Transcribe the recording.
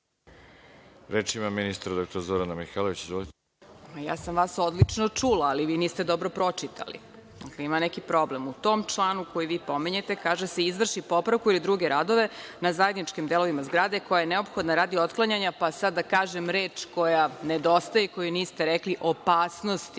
Izvolite. **Zorana Mihajlović** Ja sam vas odlično čula, ali vi niste dobro pročitali. Dakle, ima neki problem.U tom članu, koji vi pominjete, kaže se: „izvrši popravku ili druge radove na zajedničkim delovima zgrade, koja je neophodna radi otklanjanja“ pa sad da kažem reč koja nedostaje i koju niste rekli, „opasnosti